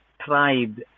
tribe